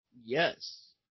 Yes